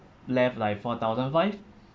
left like four thousand five